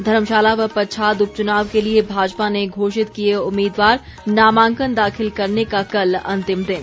धर्मशाला व पच्छाद उपच्नाव के लिए भाजपा ने घोषित किए उम्मीदवार नामांकन दाखिल करने का कल अंतिम दिन